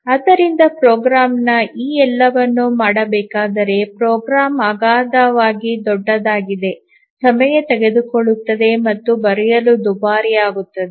ಆದ್ದರಿಂದ ಪ್ರೋಗ್ರಾಂ ಈ ಎಲ್ಲವನ್ನು ಮಾಡಬೇಕಾದರೆ ಪ್ರೋಗ್ರಾಂ ಅಗಾಧವಾಗಿ ದೊಡ್ಡದಾಗಿದೆ ಸಮಯ ತೆಗೆದುಕೊಳ್ಳುತ್ತದೆ ಮತ್ತು ಬರೆಯಲು ದುಬಾರಿಯಾಗುತ್ತದೆ